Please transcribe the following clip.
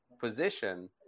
position